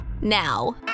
now